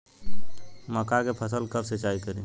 मका के फ़सल कब सिंचाई करी?